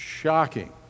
Shocking